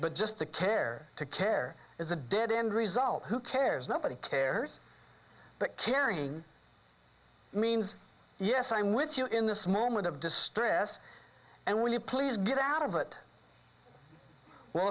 but just the care to care is a dead end result who cares nobody cares but caring means yes i'm with you in this moment of distress and will you please get out of it well